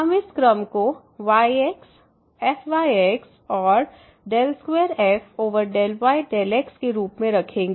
हम इस क्रम को yx fyx और 2f∂y∂x के रूप में रखेंगे